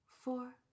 four